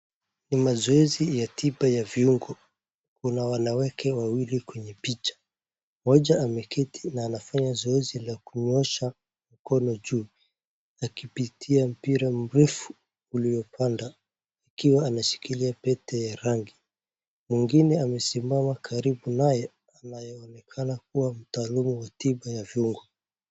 Ni mazoezi ya tiba ya viungo. Kuna wanawake wawili kwenye picha. Mmoja ameketi na anafanya zoezi la kunyoosha mkono juu akipitisha mpira mrefu uliopanda akiwa anashikilia pete ya rangi. Mwingine amesimama karibu naye anayeonekana kuwa mtaalamu wa tiba ya viungo.